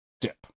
dip